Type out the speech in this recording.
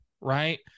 right